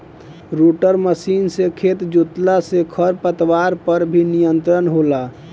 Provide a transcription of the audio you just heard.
rotor machine से खेत जोतला से खर पतवार पर भी नियंत्रण होला